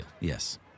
Yes